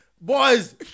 Boys